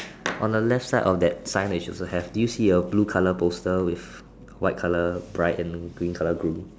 on the left side of that sign that she also have did you see a blue colour poster with white colour bride and green colour groom